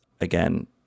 again